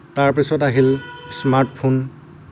তাৰপিছত আহিল smart phone